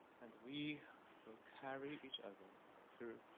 and we will carry each other through.